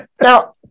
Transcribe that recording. Now